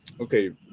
okay